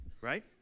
right